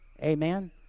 Amen